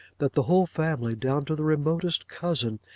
that the whole family, down to the remotest cousin,